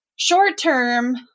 Short-term